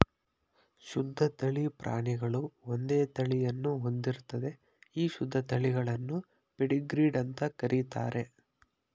ಶುದ್ಧ ತಳಿ ಪ್ರಾಣಿಗಳು ಒಂದೇ ತಳಿಯನ್ನು ಹೊಂದಿರ್ತದೆ ಈ ಶುದ್ಧ ತಳಿಗಳನ್ನು ಪೆಡಿಗ್ರೀಡ್ ಅಂತ ಕರೀತಾರೆ